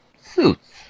Suits